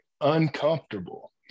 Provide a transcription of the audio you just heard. uncomfortable